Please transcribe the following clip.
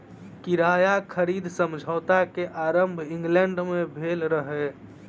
किराया खरीद समझौता के आरम्भ इंग्लैंड में भेल रहे